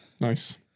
Nice